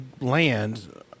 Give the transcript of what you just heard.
land